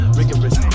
rigorous